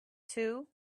too